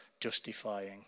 justifying